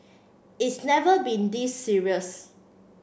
it's never been this serious